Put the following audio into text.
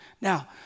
Now